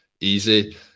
easy